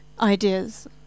ideas